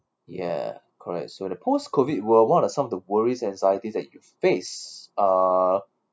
ya correct so the post-COVID world what are some of the worries anxieties that you face uh